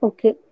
Okay